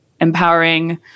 empowering